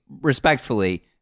respectfully